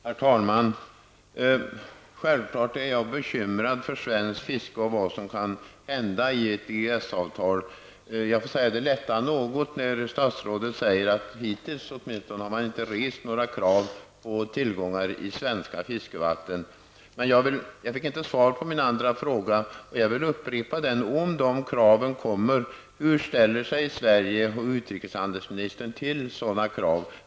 Herr talman! Självklart är jag bekymrad för svenskt fiske och för vad som kan hända i ett EES avtal. Det lättar något när statsrådet säger att man hittills inte rest några krav på tillgång till svenska fiskevatten. Men jag fick inte svar på min andra fråga och vill upprepa den: Om sådana krav kommer, hur ställer sig Sverige och utrikeshandelsministern till sådana krav?